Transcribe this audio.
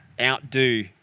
outdo